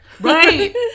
Right